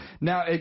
Now